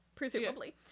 Presumably